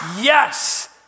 yes